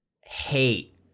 Hate